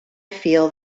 feel